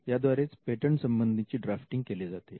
याद्वारेच patent संबंधीची drafting केली जाते